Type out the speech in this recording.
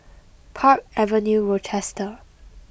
Park Avenue Rochester